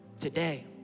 Today